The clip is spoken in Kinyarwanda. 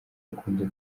bakunze